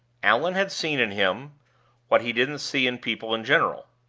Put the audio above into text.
allan had seen in him what he didn't see in people in general.